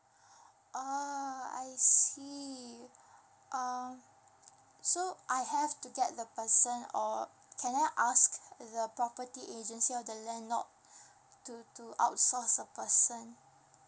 oh I see um so I have to get the person or can I ask the property agency or the landlord to to outsourced a person)